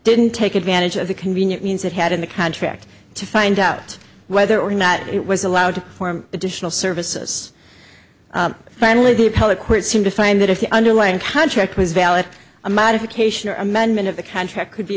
didn't take advantage of the convenient means it had in the contract to find out whether or not it was allowed to perform additional services finally the appellate court seemed to find that if the underlying contract was valid a modification or amendment of the contract could be